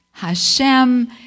Hashem